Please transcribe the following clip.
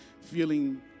feeling